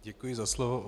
Děkuji za slovo.